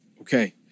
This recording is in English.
Okay